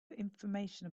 information